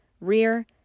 rear